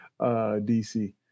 dc